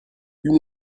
une